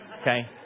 Okay